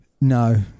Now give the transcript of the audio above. No